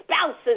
spouses